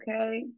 okay